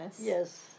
Yes